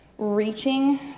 reaching